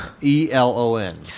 E-L-O-N